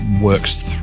works